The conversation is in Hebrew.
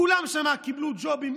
כולם שם קיבלו ג'ובים,